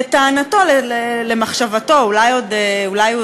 לטענתו, למחשבתו, אולי הוא